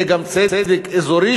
יהיה גם צדק אזורי,